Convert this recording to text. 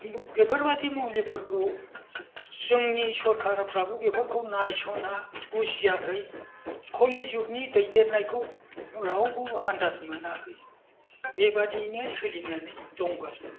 बेफोरबायदि मुलिफोरखौ जोंनि सरकारफ्राबो बेफोरखौ नायसना बुजियाखै कलि जुगनि दैदेननायखौ रावबो आन्दाज मोनाखै बेबायदियैनो सोलिनानै दंगासिनो दं